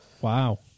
Wow